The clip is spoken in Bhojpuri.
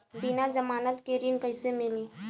बिना जमानत के ऋण कैसे मिली?